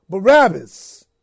Barabbas